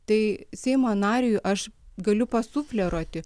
tai seimo nariui aš galiu pasufleruoti